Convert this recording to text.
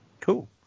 Cool